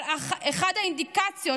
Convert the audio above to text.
אבל אחת האינדיקציות,